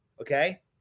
okay